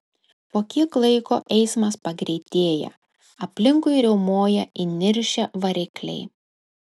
po kiek laiko eismas pagreitėja aplinkui riaumoja įniršę varikliai